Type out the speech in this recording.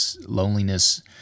loneliness